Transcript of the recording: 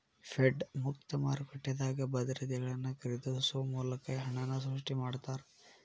Fed ಮುಕ್ತ ಮಾರುಕಟ್ಟೆದಾಗ ಭದ್ರತೆಗಳನ್ನ ಖರೇದಿಸೊ ಮೂಲಕ ಹಣನ ಸೃಷ್ಟಿ ಮಾಡ್ತಾರಾ